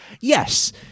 Yes